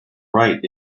right